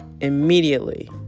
immediately